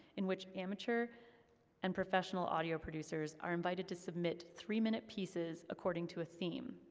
in which amateur and professional audio producers are invited to submit three-minute pieces according to a theme.